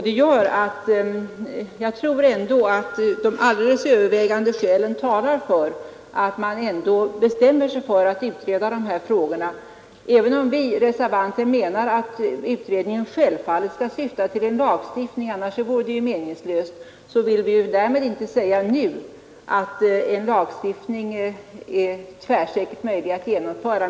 Detta gör att jag ändå tror att de alldeles övervägande skälen talar för att man beslutar sig för att utreda dessa frågor. Även om vi reservanter menar att utredningen självfallet skall syfta till en lagstiftning — annars vore den meningslös — vill vi inte nu säga att en lagstiftning tvärsäkert är möjlig att genomföra.